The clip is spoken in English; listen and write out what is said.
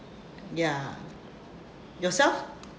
ya yourself